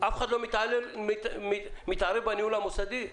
אף אחד לא מתערב בניהול המוסדי.